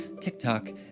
TikTok